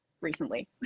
recently